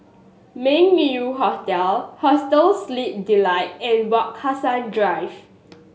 Meng Yew Hotel Hostel Sleep Delight and Wak Hassan Drive